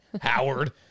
Howard